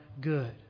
good